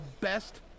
best